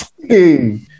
hey